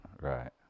Right